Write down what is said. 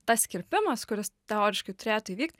tas kirpimas kuris teoriškai turėtų įvykt